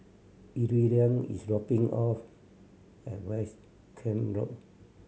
Iridian is dropping off at West Camp Road